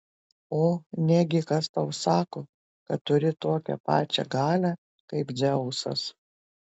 o negi kas tau sako kad turi tokią pačią galią kaip dzeusas